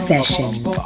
Sessions